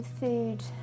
Food